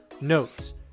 notes